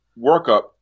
workup